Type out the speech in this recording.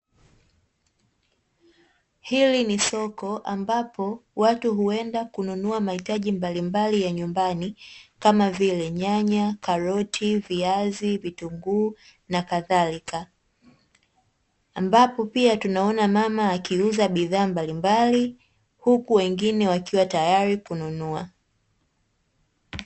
Hili ni soko ambapo watu huenda kununua mahitaji mbalimbali ya nyumbani, kama vile nyanya, karoti, viazi, vitunguu na kadhalika. Ambapo pia, tunaona mama akiuza bidhaa mbalimbali, huku wengine wakiwa tayari kununua.